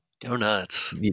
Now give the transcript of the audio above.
Donuts